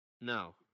No